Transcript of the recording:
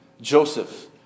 Joseph